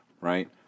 right